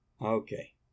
Okay